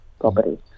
property